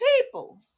people